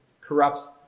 corrupts